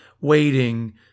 waiting